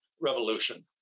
revolution